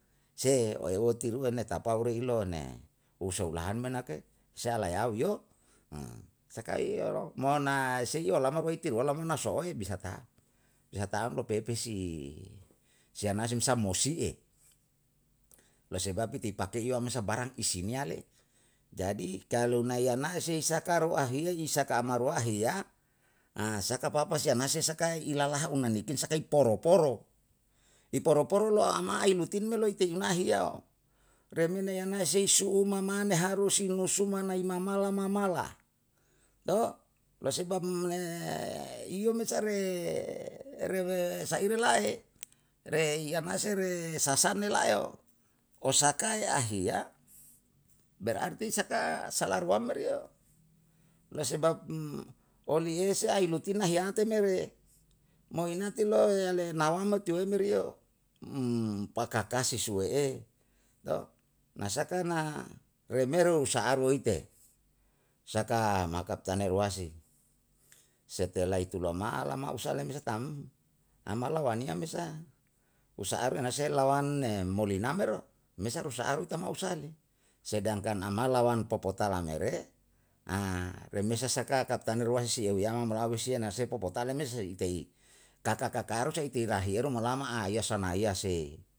Se'e oi woti rua na ta pau ri lon ne, u solahan mena ke sea la yau yo. Sakai iyo lo, mo nai seiyolama koiwalam na soe bisa ta? Bisa taam lo pepesi sianasi sammosi'e. Lo sebab itu pakeyo ama sabarang isiniya le, jadi kalu nayanai sei isaka rua ahiya isaka amarua ahiya, saka papasi anase sake ilalaha umanipin sakae poro poro. I poro poro lo ama ailutin me loite imahiyao, remene yana sei su'u mamane harusi musuma nai mamala mamala, lo sebab ne iyome sare rere saire lahe, re i anase re sasane lai yo. Osakae ahiya, berarti saka salaruam meriyo, lo sebeb oliyesa ailutin na hiyate me re, mo i nanti lo yale nawam mo tuemeriyo. um pakakasi suwe'e. Na saka na remer lu saaru oite, saka makaptanei ruasi. Setelah itu loma alama usale mesa taam, amala waniya me sa, usa are nase lawanne molinamero, mesarusa aru tama usale, sedangkan ama lawan popotalamere, remesa saka kapitan ruasi si euyama malawisiya sepo potaleme sei i tei kaka kakaru sei itirahiyeru mo lama aiya sonaiya sei